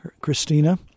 Christina